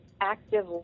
active